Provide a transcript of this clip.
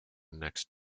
next